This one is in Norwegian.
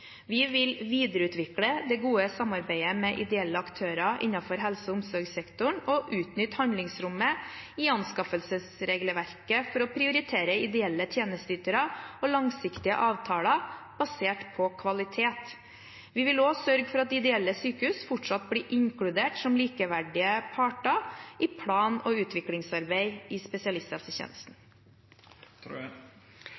Vi vil videreutvikle det gode samarbeidet med ideelle aktører innenfor helse- og omsorgssektoren og utnytte handlingsrommet i anskaffelsesregelverket for å prioritere ideelle tjenesteytere og langsiktige avtaler basert på kvalitet. Vi vil også sørge for at ideelle sykehus fortsatt blir inkludert som likeverdige parter i plan- og utviklingsarbeid i spesialisthelsetjenesten.